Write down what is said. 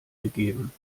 gegeben